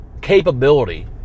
capability